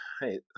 hey